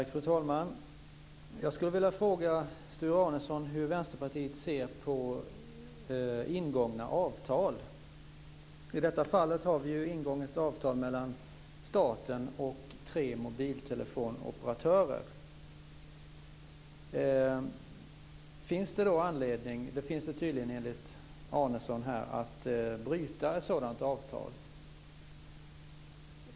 Fru talman! Jag skulle vilja fråga Sture Arnesson hur Vänsterpartiet ser på ingångna avtal. I detta fall har vi ett ingånget avtal mellan staten och tre mobiltelefonoperatörer. Finns det anledning - det finns det tydligen enligt Arnesson - att bryta ett sådant avtal?